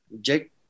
jake